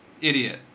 Idiot